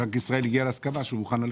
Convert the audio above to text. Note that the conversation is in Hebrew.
בנק ישראל הגיע להסכמה שהוא מוכן ללכת.